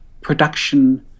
production